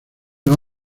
los